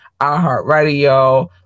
iHeartRadio